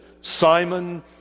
Simon